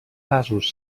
vasos